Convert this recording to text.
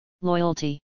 Loyalty